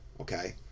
okay